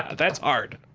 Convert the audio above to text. that's hard.